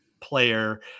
player